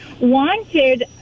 wanted